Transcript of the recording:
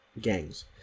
gangs